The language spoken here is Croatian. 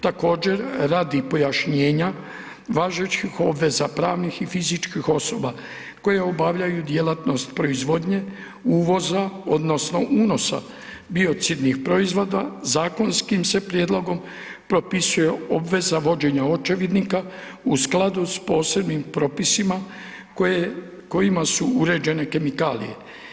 Također radi pojašnjenja važećih obveza pravnih i fizičkih osoba koje obavljaju djelatnost proizvodnje, uvoza odnosno unosa biocidnih proizvoda zakonskim se prijedlogom propisuje obveza vođenja očevidnika u skladu s posebnim propisima kojima su uređene kemikalije.